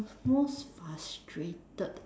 more frustrated